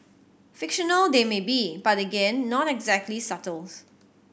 fictional they may be but again not exactly subtle